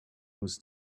was